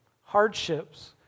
hardships